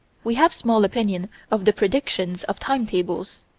we have small opinion of the predictions of timetables.